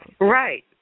Right